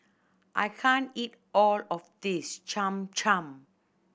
I can't eat all of this Cham Cham